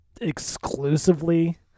exclusively